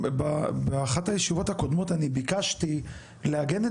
באחת הישיבות הקודמות אני ביקשתי לעגן את